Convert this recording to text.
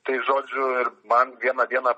tai žodžiu ir man vieną dieną